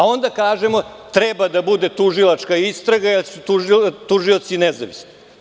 A onda kažemo – treba da bude tužilac istraga jer su tužioci nezavisni.